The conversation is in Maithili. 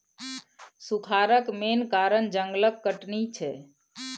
सुखारक मेन कारण जंगलक कटनी छै